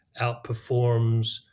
outperforms